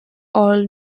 all